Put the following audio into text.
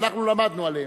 אנחנו למדנו עליהם.